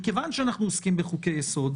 מכיוון שאנחנו עוסקים בחוקי-יסוד,